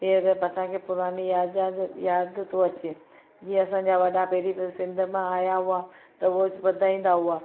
की अगरि असांखे पुरानी याॼात यादि थो अचे जीअं असांजा वॾा पहिरीं सिंधु मां आया हुआ त उहे ॿुधाईंदा हुआ